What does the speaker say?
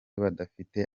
badafite